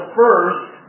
first